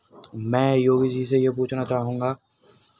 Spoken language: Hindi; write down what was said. मैं योगी जी से ये पूछना चाहूँगा